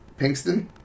Pinkston